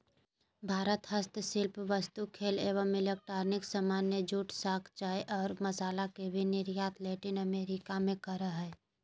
भारत हस्तशिल्प वस्तु, खेल एवं इलेक्ट्रॉनिक सामान, जूट, शंख, चाय और मसाला के भी निर्यात लैटिन अमेरिका मे करअ हय